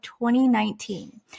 2019